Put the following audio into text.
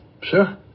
Sure